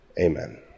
Amen